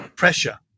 pressure